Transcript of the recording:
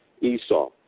Esau